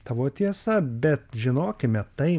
tavo tiesa bet žinokime tai